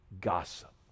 Gossip